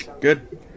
Good